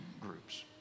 groups